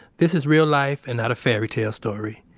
this is real life and not a fairytale story.